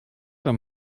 wenn